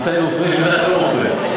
עיסאווי פריג' בדרך כלל לא מפריע.